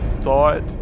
thought